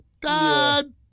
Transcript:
Dad